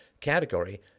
category